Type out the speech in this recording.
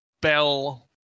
bell